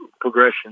progression